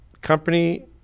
company